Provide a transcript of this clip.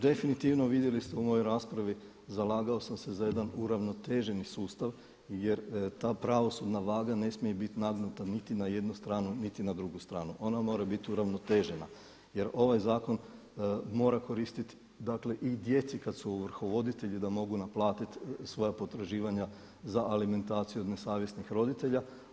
Definitivno vidjeli ste u mojoj raspravi zalagao sam se za jedan uravnoteženi sustav jer ta pravosudna vlada ne smije biti nagnuta niti na jednu stranu, niti na drugu stranu, ona mora biti uravnotežena jer ovaj zakon mora koristiti i djeci kada su ovrhovoditelji da mogu naplatiti svoja potraživanja za alimentaciju od nesavjesnih roditelja.